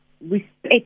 respect